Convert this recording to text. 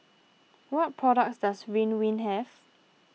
what products does Ridwind have